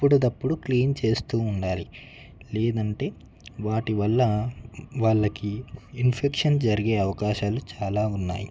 ఎప్పటికప్పుడు క్లీన్ చేస్తు ఉండాలి లేదంటే వాటివల్ల వాళ్ళకి ఇన్ఫెక్షన్ జరిగే అవకాశాలు చాలా ఉన్నాయి